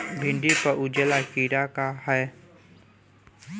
भिंडी पर उजला कीड़ा का है?